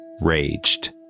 raged